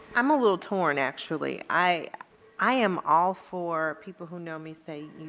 i'm a little torn, actually. i i am all for people who know me say,